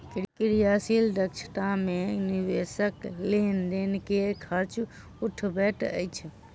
क्रियाशील दक्षता मे निवेशक लेन देन के खर्च उठबैत अछि